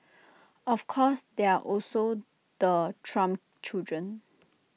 of course there are also the Trump children